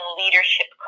leadership